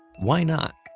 why not?